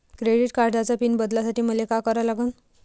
Credit कार्डाचा pin बदलासाठी मले का करा लागन?